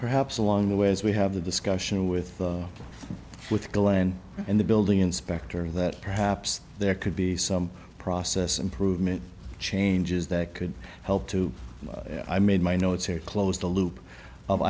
perhaps along the way as we have the discussion with which glen and the building inspector that perhaps there could be some process improvement changes that could help to i made my notes here close the loop of